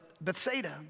Bethsaida